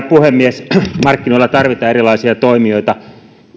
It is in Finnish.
puhemies markkinoilla tarvitaan erilaisia toimijoita